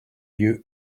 you